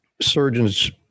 surgeons